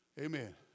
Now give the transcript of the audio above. Amen